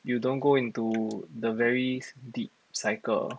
you don't go into the very deep cycle